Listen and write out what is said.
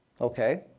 Okay